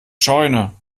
scheune